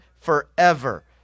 forever